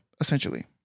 Essentially